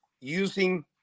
using